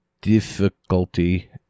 difficulty